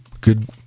good